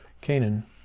Canaan